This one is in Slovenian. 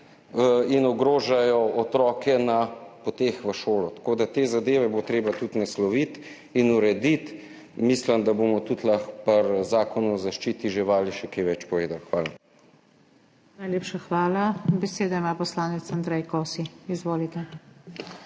in ogrožajo otroke na poteh v šolo. Tako da te zadeve bo treba tudi nasloviti in urediti. Mislim, da bomo tudi lahko pri Zakonu o zaščiti živali še kaj več povedali. Hvala. **PODPREDSEDNICA NATAŠA SUKIČ:** Najlepša hvala. Besedo ima poslanec Andrej Kosi. Izvolite.